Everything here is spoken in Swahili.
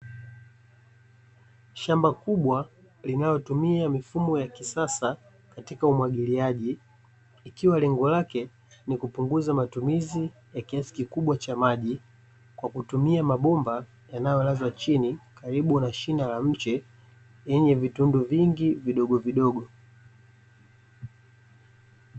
Shamba kubwa linalotumia mifumo ya kisasa katika umwagiliaji, ikiwa lengo lake ni kupunguza matumizi ya kiasi kikubwa cha maji kwa kutumia mabomba yanayolazwa chini karibu na shina la mche yenye vitundu vingi vidogo vidogo.